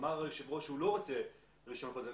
אמר היושב ראש שהוא לא רוצה רישיון חדש.